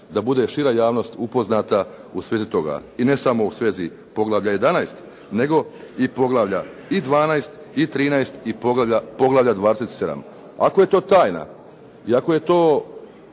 da bude šira javnost upoznata u svezi toga i ne samo u svezi poglavlja 11. nego i poglavlja i 12. i 13. i poglavlja 27. Ako je to tajna i ako je to